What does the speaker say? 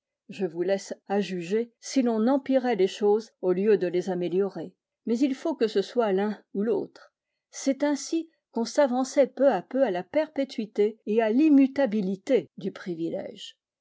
je vous laisse à juger si l'on empirait les choses au lieu de les améliorer mais il faut que ce soit l'un ou l'autre c'est ainsi qu'on s'avançait peu à peu à la perpétuité et à l'immutabilité du privilège